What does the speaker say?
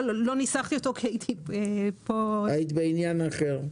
לא ניסחתי אותו כי הייתי כאן בעניין אחר.